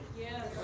Yes